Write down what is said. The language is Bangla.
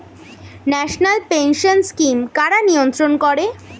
ন্যাশনাল পেনশন স্কিম কারা নিয়ন্ত্রণ করে?